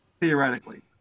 theoretically